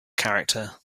character